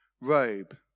robe